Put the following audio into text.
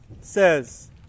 says